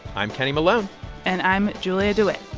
i'm kenny malone and i'm julia dewitt.